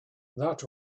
that